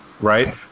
right